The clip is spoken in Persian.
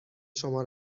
شما